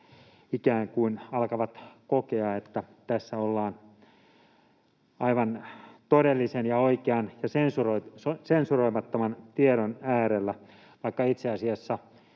alkavat kokea, että tässä ollaan aivan todellisen ja oikean ja sensuroimattoman tiedon äärellä, vaikka itse asiassa